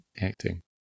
acting